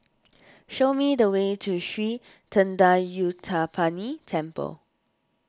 show me the way to Sri thendayuthapani Temple